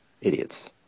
Idiots